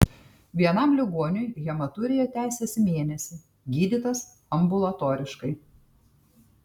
vienam ligoniui hematurija tęsėsi mėnesį gydytas ambulatoriškai